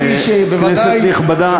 כנסת נכבדה,